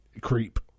Creep